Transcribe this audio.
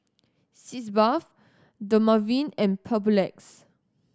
Sitz Bath Dermaveen and Papulex